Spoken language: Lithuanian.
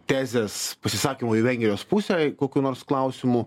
tezės pasisakymų į vengrijos pusėje kokiu nors klausimu